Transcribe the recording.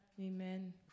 Amen